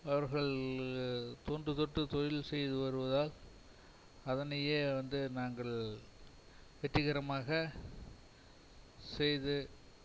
அவர்கள் தொன்று தொட்டு தொழில் செய்து வருவதால் அதனையே வந்து நாங்கள் வெற்றிகரமாக செய்து